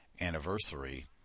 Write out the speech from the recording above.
anniversary